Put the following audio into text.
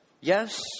Yes